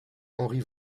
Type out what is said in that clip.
henri